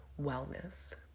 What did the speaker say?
wellness